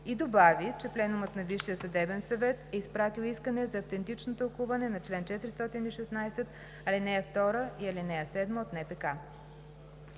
и добави, че пленумът на Висшия съдебен съвет е изпратил искане за автентично тълкуване на чл. 416, ал. 2 и ал. 7 от НПК.